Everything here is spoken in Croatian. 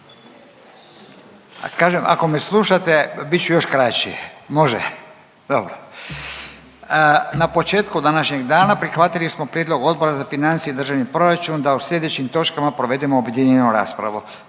ako me slušate bit ću još kraći. Može? Dobro. Na početku današnjeg dana prihvatili smo prijedlog Odbora za financije i državni proračun da o sljedećim točkama provedemo objedinjenu raspravu,